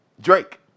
Drake